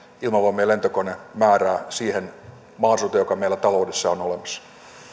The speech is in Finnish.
ilmavoimien lentokonemäärää siihen mahdollisuuteen joka meillä taloudessa on olemassa